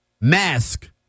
mask